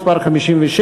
מס' 56,